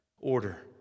Order